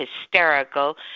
hysterical